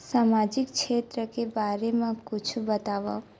सामाजिक क्षेत्र के बारे मा कुछु बतावव?